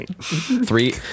three